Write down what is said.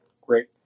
great